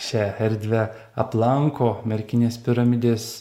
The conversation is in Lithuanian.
šią erdvę aplanko merkinės piramidės